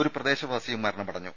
ഒരു പ്രദേശവാസിയും മരണമടഞ്ഞു